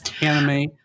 anime